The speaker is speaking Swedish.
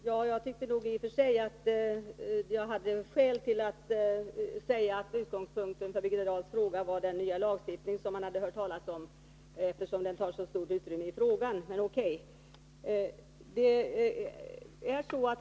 Herr talman! Jag tyckte jag hade skäl att säga att utgångspunkten för Birgitta Dahls fråga var den nya lagstiftning som man hade hört talas om, eftersom den tar så stort utrymme i frågan.